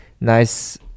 nice